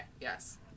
Yes